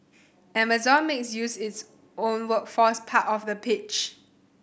Amazon makes use its own workforce part of the pitch